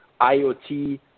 IoT